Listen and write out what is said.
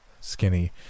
Skinny